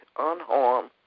unharmed